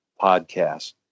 podcast